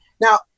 Now